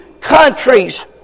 countries